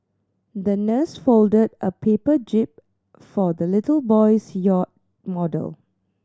the nurse folded a paper jib for the little boy's yacht model